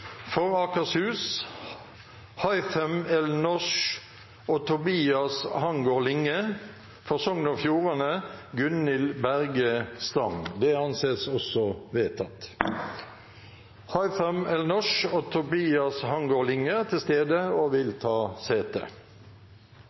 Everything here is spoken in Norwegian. For Akershus: Haitham El-noush og Tobias Hangaard Linge For Sogn og Fjordane: Gunhild Berge Stang Haitham El-noush og Tobias Hangaard Linge er til stede og vil ta sete.